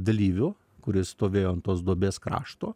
dalyviu kuris stovėjo ant tos duobės krašto